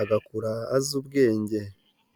agakura azi ubwenge.